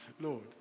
lord